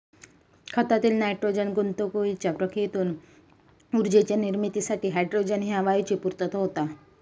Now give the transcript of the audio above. खतातील नायट्रोजन गुंतागुंतीच्या प्रक्रियेतून ऊर्जेच्या निर्मितीसाठी हायड्रोजन ह्या वायूची पूर्तता होता